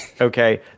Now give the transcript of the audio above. okay